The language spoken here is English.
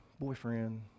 boyfriend